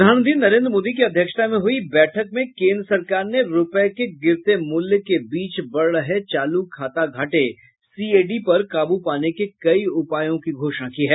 प्रधानमंत्री नरेंद्र मोदी की अध्यक्षता में हुयी बैठक में केंद्र सरकार ने रुपये के गिरते मूल्य के बीच बढ़ रहे चालू खाता घाटे सीएडी पर काबू पाने के कई उपायों की घोषणा की है